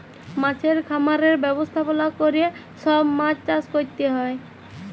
মাছের খামারের ব্যবস্থাপলা ক্যরে সব মাছ চাষ ক্যরতে হ্যয়